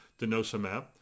denosumab